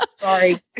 Sorry